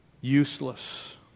Useless